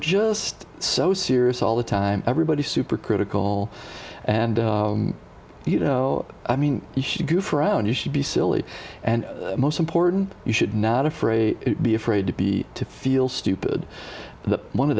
just so serious all the time everybody's super critical and you know i mean you should goof around you should be silly and most important you should not afraid be afraid to be to feel stupid but one of